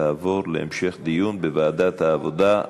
תעבור להמשך דיון בוועדת העבודה,